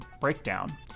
Breakdown